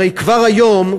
הרי כבר היום,